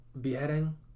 beheading